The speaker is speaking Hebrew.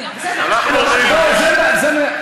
אדוני לא יכול להפריע לה.